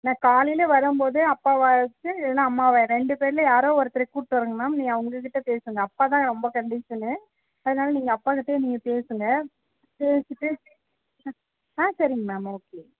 நான் காலையிலே வரும்போது அப்பாவாச்சும் இல்லைனா அம்மாவா ரெண்டு பேரில் யாரோ ஒருத்தரை கூட்டு வரறேங்க மேம் நீங்கள் அவங்கக் கிட்டே பேசுங்க அப்பாதான் ரொம்ப கண்டிஷனு அதனால நீங்கள் அப்பாக்கிட்டே நீங்கள் பேசுங்க பேசிவிட்டு ஆ சரிங்க மேம் ஓகே